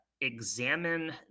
examine